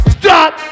stop